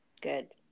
Good